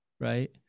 right